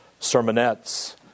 sermonettes